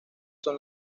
son